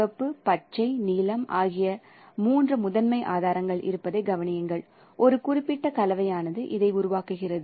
சிவப்பு பச்சை நீலம் ஆகிய மூன்று முதன்மை ஆதாரங்கள் இருப்பதைக் கவனியுங்கள் ஒரு குறிப்பிட்ட கலவையானது இதை உருவாக்குகிறது